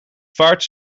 vaart